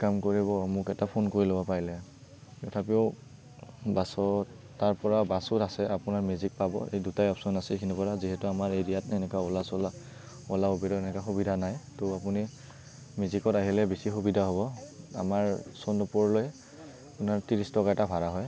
এটা কাম কৰিব মোক এটা ফোন কৰি ল'ব তথাপিও বাছত তাৰপৰা বাছো আছে আপোনাৰ মেজিক পাব এই দুটাই অপচন আছে সেইখিনিৰ পৰা যিহেতু আমাৰ এৰিয়াত এনেকুৱা অ'লা চ'লা অলা ওবেৰৰ এনেকুৱা সুবিধা নাই ত' আপুনি মেজিকত আহিলে বেছি সুবিধা হ'ব আমাৰ চন্দ্ৰপুৰলৈ আপোনাৰ ত্ৰিছ টকা এটা ভাড়া হয়